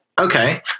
Okay